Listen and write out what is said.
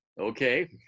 Okay